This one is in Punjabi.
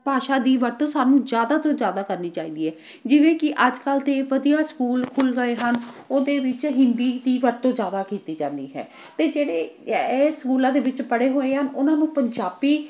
ਭਾਸ਼ਾ ਦੀ ਵਰਤੋਂ ਸਾਨੂੰ ਜ਼ਿਆਦਾ ਤੋਂ ਜ਼ਿਆਦਾ ਕਰਨੀ ਚਾਹੀਦੀ ਹੈ ਜਿਵੇਂ ਕਿ ਅੱਜ ਕੱਲ੍ਹ ਤਾਂ ਵਧੀਆ ਸਕੂਲ ਖੁੱਲ੍ਹ ਗਏ ਹਨ ਉਹਦੇ ਵਿੱਚ ਹਿੰਦੀ ਦੀ ਵਰਤੋਂ ਜ਼ਿਆਦਾ ਕੀਤੀ ਜਾਂਦੀ ਹੈ ਅਤੇ ਜਿਹੜੇ ਇਹ ਸਕੂਲਾਂ ਦੇ ਵਿੱਚ ਪੜ੍ਹੇ ਹੋਏ ਆ ਉਹਨਾਂ ਨੂੰ ਪੰਜਾਬੀ